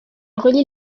relie